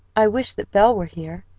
i wish that belle were here,